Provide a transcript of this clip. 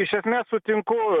iš esmės sutinku